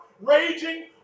raging